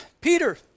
Peter